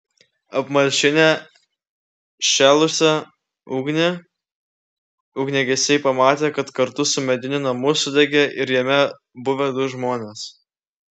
apmalšinę šėlusią ugnį ugniagesiai pamatė kad kartu su mediniu namu sudegė ir jame buvę du žmonės